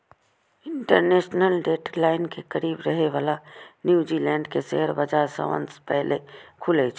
international date line के करीब रहै बला न्यूजीलैंड के शेयर बाजार सबसं पहिने खुलै छै